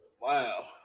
wow